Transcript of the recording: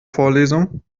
vorlesung